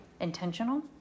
intentional